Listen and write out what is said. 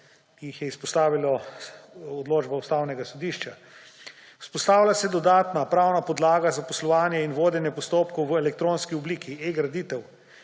jih je izpostavila odločba Ustavnega sodišča. Vzpostavlja se dodatna pravna podlaga za poslovanje in vodenje postopkov v elektronski obliki – eGraditev.